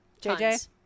JJ